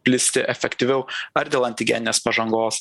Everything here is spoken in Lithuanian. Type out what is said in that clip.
plisti efektyviau ar dėl antigeninės pažangos